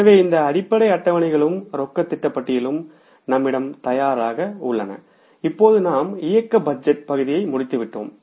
எனவே இந்த அடிப்படை அட்டவணைகளும் ரொக்க திட்ட பட்டியலும் நம்மிடம் தயாராக உள்ளன இப்போது நாம் இயக்க பட்ஜெட் பகுதியை முடித்துவிட்டோம்